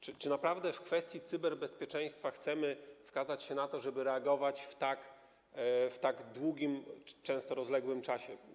Czy naprawdę w kwestii cyberbezpieczeństwa chcemy skazać się na to, żeby reagować w tak długim, często rozległym czasie?